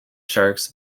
sharks